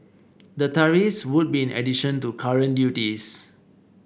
the tariffs would be in addition to current duties